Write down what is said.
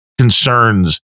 concerns